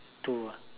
two ah